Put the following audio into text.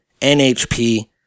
NHP